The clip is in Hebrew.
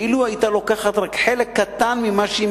ואילו היתה לוקחת רק חלק קטן ממה שהיא